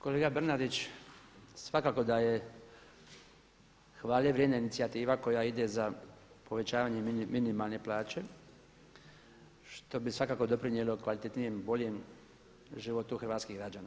Kolega Bernardić, svakako da je hvale vrijedna inicijativa koja ide za povećavanje minimalne plaće, što bi svakako doprinijelo kvalitetnijem, boljem životu hrvatskih građana.